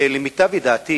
למיטב ידיעתי